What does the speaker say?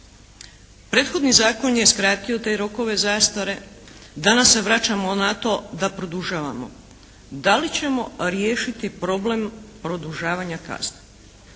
Prethodni zakon je skratio te rokove zastare. Danas se vraćamo na to da produžavamo. Da li ćemo riješiti problem produžavanja kazne?